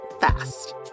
fast